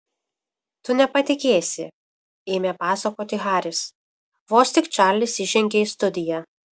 tu nepatikėsi ėmė pasakoti haris vos tik čarlis įžengė į studiją